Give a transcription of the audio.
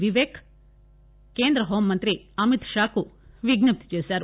విపేక్ కేంద్ర హోంమంత్రి అమిత్షాకు విజ్ఞప్తి చేశారు